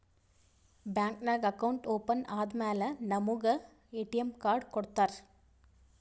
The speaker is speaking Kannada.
ಬ್ಯಾಂಕ್ ನಾಗ್ ಅಕೌಂಟ್ ಓಪನ್ ಆದಮ್ಯಾಲ ನಮುಗ ಎ.ಟಿ.ಎಮ್ ಕಾರ್ಡ್ ಕೊಡ್ತಾರ್